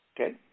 Okay